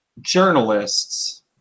journalists